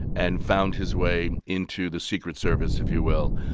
and found his way into the secret service, if you will,